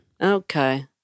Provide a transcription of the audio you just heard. Okay